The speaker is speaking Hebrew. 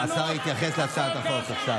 השר יתייחס להצעת החוק עכשיו.